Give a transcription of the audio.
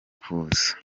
kuza